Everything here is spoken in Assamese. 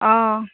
অঁ